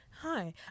Hi